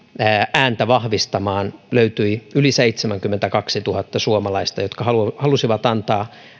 ääntä vahvistamaan löytyi yli seitsemänkymmentäkaksituhatta suomalaista jotka halusivat antaa